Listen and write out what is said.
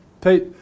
Pete